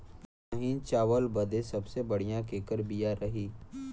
महीन चावल बदे सबसे बढ़िया केकर बिया रही?